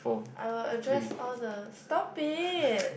I will address all the stop it